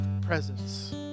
presence